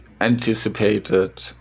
anticipated